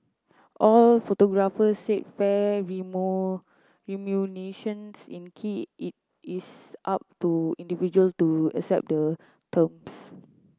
all photographers said fair in key it it's up to individual to accept the terms